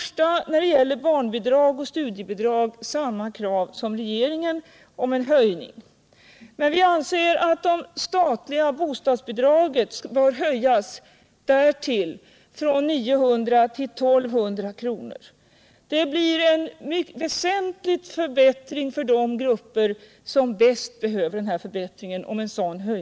Vi har när det gäller barnbidrag och studiebidrag samma krav på höjning som regeringen, men vi anser också att det statliga bostadsbidraget bör höjas från 900 till 1 200 kr. Det skulle bli en väsentlig förbättring för de grupper som bäst behöver en sådan.